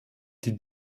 die